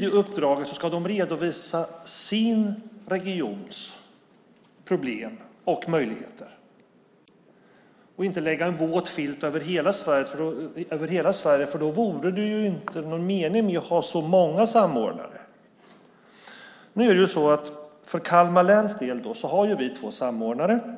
detta uppdrag ska redovisa sin regions problem och möjligheter, inte lägga en våt filt över hela Sverige. Då vore det ju ingen mening med att ha så många samordnare. I Kalmar län har vi två samordnare.